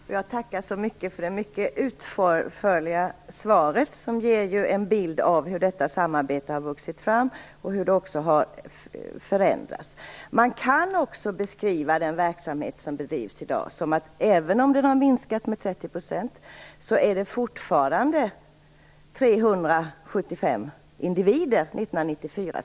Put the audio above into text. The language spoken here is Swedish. Herr talman! Jag tackar för det mycket utförliga svaret, som ger en bild av hur detta samarbete har vuxit fram och även av hur det har förändrats. Man kan också beskriva den verksamhet som bedrivs i dag så, att även om den har minskat med 30 %, var det fortfarande 375 individer som blev hjälpta 1994.